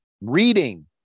reading